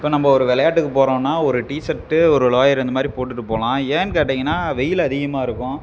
இப்போ நம்ம ஒரு விளையாட்டுக்கு போகிறோன்னா ஒரு டிசர்ட்டு ஒரு லோயர் இந்த மாதிரி போட்டுகிட்டு போகலாம் ஏன்னெனு கேட்டீங்கன்னால் வெயில் அதிகமாக இருக்கும்